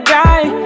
die